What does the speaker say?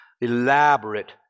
elaborate